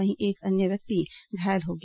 वहीं एक अन्य व्यक्ति घायल हो गया